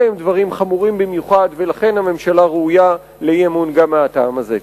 אלה הם דברים חמורים במיוחד ולכן הממשלה ראויה לאי-אמון גם מהטעם הזה.